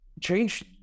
change